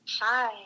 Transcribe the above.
Hi